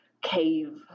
Cave